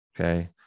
Okay